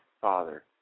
Father